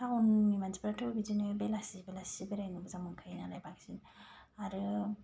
थाउननि मानसिफ्राथ' बिदिनो बेलासि बेलासि बेरायनो मोजां मोनखायोआनो बांसिन आरो